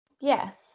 Yes